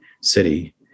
city